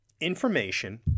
information